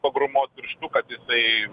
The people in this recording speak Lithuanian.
pagrūmoti pirštu kad jisai